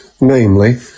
namely